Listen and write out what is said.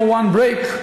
not one break,